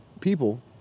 people